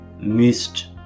missed